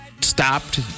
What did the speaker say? stopped